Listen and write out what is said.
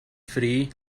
free